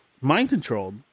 mind-controlled